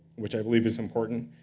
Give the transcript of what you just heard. which i believe is important,